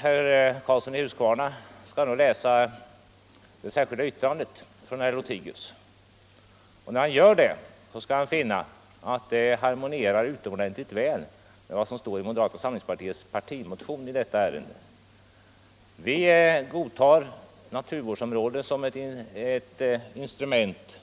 Herr Karlsson i Huskvarna skall nog Lördagen den läsa det särskilda yttrandet av herr Lothigius. När han gör det skall han 14 december 1974 finna att det harmonierar utomordentligt väl med vad som står i moderata samlingspartiets partimotion i detta ärende. Vi godtar naturvårdsområden Ändringar i som ett instrument